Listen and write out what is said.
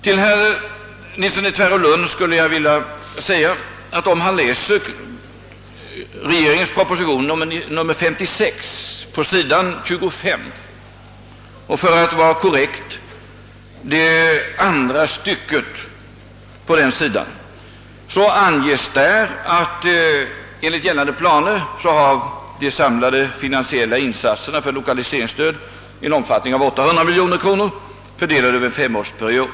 Om herr Nilsson i Tvärålund läser regeringens proposition nr 56 på sidan 25, närmare bestämt det andra stycket, finner han att det där anges att, enligt gällande planer, den samlade finansiella insatsen för lokaliseringsstöd uppgår till 800 miljoner kronor, fördelade över en femårsperiod.